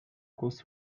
was